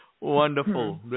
Wonderful